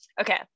okay